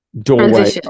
doorway